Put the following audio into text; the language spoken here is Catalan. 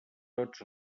tots